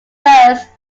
first